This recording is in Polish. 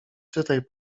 czytaj